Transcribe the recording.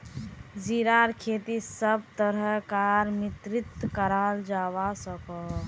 जीरार खेती सब तरह कार मित्तित कराल जवा सकोह